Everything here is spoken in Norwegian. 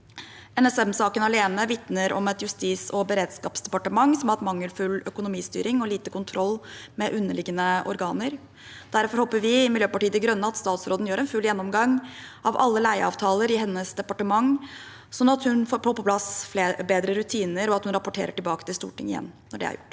NSM-saken alene vitner om et justis- og beredskapsdepartement som har hatt mangelfull økonomistyring og lite kontroll med underliggende organer. Derfor håper vi i Miljøpartiet De Grønne at statsråden gjør en full gjennomgang av alle leieavtaler i hennes departement, sånn at hun får på plass bedre rutiner, og at hun rapporterer tilbake til Stortinget igjen når det er gjort.